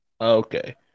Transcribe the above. Okay